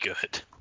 good